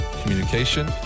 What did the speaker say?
communication